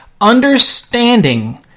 understanding